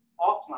offline